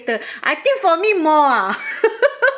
later I think for me more ah